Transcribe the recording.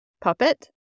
puppet